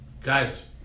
Guys